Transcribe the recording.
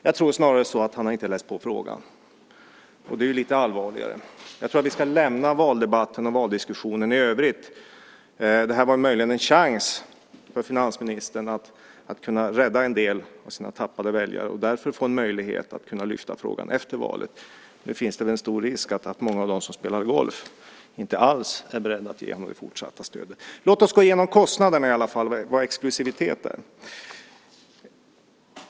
Jag tror snarare att han inte har läst på frågan, och det är lite allvarligare. Jag tror att vi ska lämna valdebatten i övrigt. Det här var möjligen en chans för finansministern att rädda en del av sina tappade väljare och därför få en möjlighet att lyfta fram frågan efter valet. Nu finns det en stor risk att många av dem som spelar golf inte alls är beredda att ge honom det fortsatta stödet. Låt oss i alla fall gå igenom kostnaderna och vad exklusivitet är.